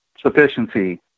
sufficiency